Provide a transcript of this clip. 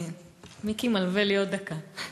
מיקי מלווה לי עוד דקה.